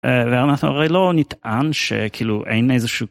ואנחנו הרי לא נטען שכאילו אין איזה שהוא.